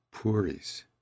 puris